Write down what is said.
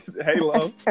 Halo